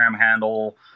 handle